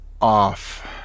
off